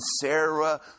Sarah